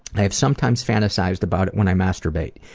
i have sometimes fantasized about it when i masturbate,